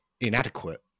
inadequate